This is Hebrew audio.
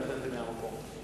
מהמקום.